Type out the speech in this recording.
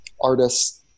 artists